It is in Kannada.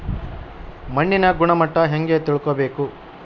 ಮಣ್ಣಿನ ಗುಣಮಟ್ಟ ಹೆಂಗೆ ತಿಳ್ಕೊಬೇಕು?